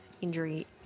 injury